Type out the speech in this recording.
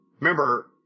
Remember